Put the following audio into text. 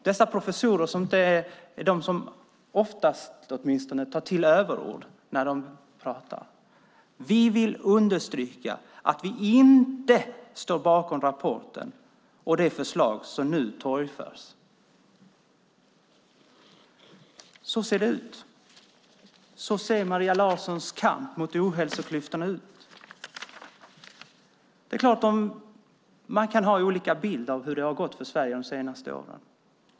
Dessa professorer, som oftast inte är de som tar till överord, skriver: Vi vill understryka att vi inte står bakom rapporten och de förslag som nu torgförs. Så ser det ut. Så ser Maria Larssons kamp mot ohälsoklyftorna ut. Man kan ha olika bilder av hur det har gått för Sverige de senaste åren.